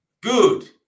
good